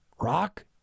rock